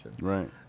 right